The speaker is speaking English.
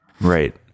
Right